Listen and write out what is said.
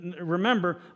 remember